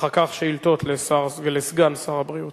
אחר כך, שאילתות לסגן שר הבריאות.